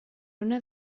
una